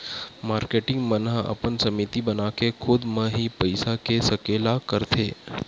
marketing मन ह अपन समिति बनाके खुद म ही पइसा के सकेला करथे